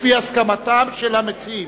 לפי הסכמתם של המציעים.